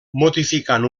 modificant